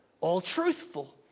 all-truthful